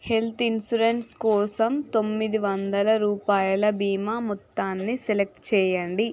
health insurance కోసం తొమ్మిది వందల రూపాయల బీమా మొత్తాన్ని సెలెక్ట్ చేయండి